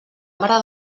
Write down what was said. mare